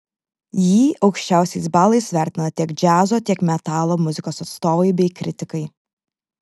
jį aukščiausiais balais vertina tiek džiazo tiek metalo muzikos atstovai bei kritikai